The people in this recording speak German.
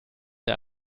der